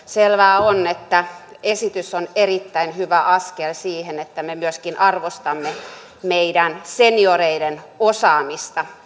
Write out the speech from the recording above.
selvää on että esitys on erittäin hyvä askel siihen että me arvostamme myöskin meidän senioreiden osaamista